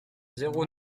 zéro